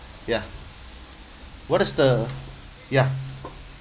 ya what is the ya